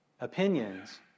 opinions